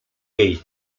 jej